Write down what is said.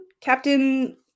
Captain